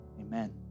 amen